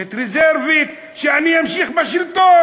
תחמושת רזרבית כדי שאני אמשיך בשלטון.